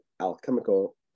alchemical